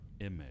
image